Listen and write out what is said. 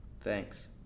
Thanks